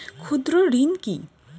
ক্ষুদ্র ঋণ কি?